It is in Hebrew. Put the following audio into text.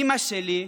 אימא שלי,